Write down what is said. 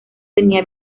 tenía